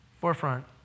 Forefront